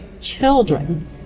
children